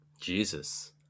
jesus